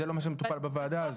זה לא מה שמטופל בוועדה הזו.